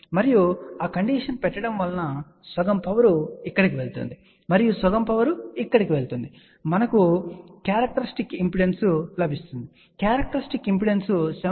మరియు ఆ కండిషన్ పెట్టడం వలన సగం పవర్ ఇక్కడకు వెళుతుంది మరియు సగం పవర్ ఇక్కడకు వెళుతుంది మనకు లభిస్తుంది క్యారెక్టర్స్టిక్ ఇంపిడెన్స్ 70